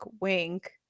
wink